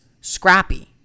Scrappy